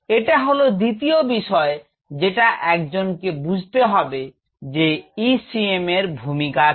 এটা হল দ্বিতীয় বিষয় যেটা একজনকে বুঝতে হবে যে ECM এর ভুমিকা কি